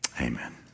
Amen